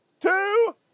two